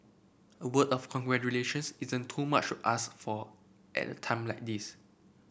a word of congratulations isn't too much ask for at a time like this